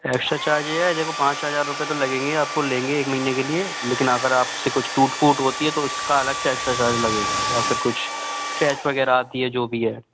extra charge यह है देखो पाँच हज़ार रूपये तो लगेंगे आपको लेंगे एक महीने के लिए लेकिन अगर आप से कुछ टूट फूट होती है तो उसका अलग से एक्स्ट्रा चार्ज लगेगा और फिर कुछ स्क्रेच वग़ैरह आती है जो भी है